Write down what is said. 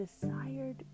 desired